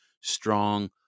strong